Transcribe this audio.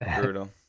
Brutal